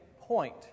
point